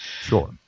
sure